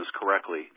correctly